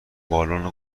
بالن